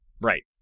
Right